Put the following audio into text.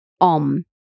OM